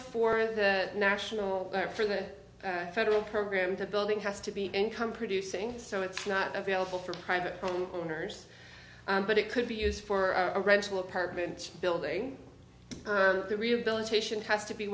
for the national or for the federal program to building has to be income producing so it's not available for private home owners but it could be used for a rental apartment building the rehabilitation has to be